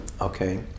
Okay